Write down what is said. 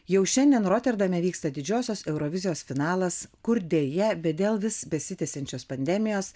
jau šiandien roterdame vyksta didžiosios eurovizijos finalas kur deja bet dėl vis besitęsiančios pandemijos